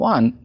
One